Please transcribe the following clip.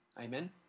Amen